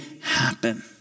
happen